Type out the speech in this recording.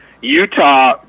Utah